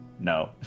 No